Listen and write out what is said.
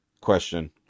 question